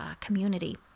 community